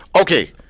Okay